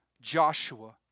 Joshua